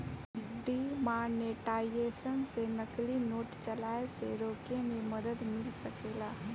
demonetisation से नकली note चलाए से रोके में मदद मिल सकेला